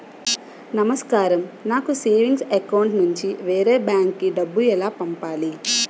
నమస్కారం నాకు savings account నుంచి వేరే బ్యాంక్ కి డబ్బు ఎలా పంపాలి?